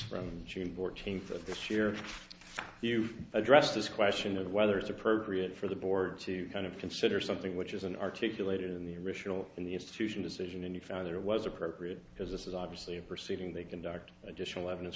from june fourteenth of this year you addressed this question of whether it's appropriate for the board to kind of consider something which is an articulated in the original in the institution decision and you found that it was appropriate because this is obviously a proceeding they conduct additional evidence